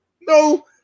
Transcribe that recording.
No